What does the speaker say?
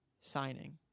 signing